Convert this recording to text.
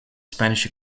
spanish